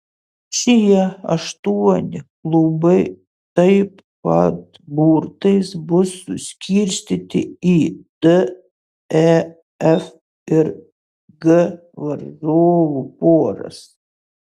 šie aštuoni klubai taip pat burtais bus suskirstyti į d e f ir g varžovų poras